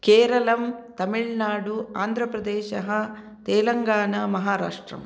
केरलं तमिल्नाडु आन्ध्रप्रदेशः तेलङ्गाना महाराष्ट्रम्